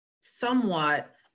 somewhat